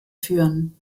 führen